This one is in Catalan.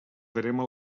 verema